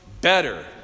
better